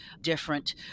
different